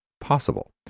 possible